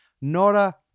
nora